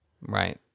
Right